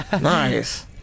nice